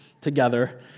together